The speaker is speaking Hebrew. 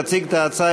יציג את ההצעה,